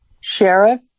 sheriff